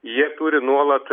jie turi nuolat